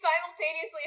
simultaneously